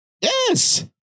Yes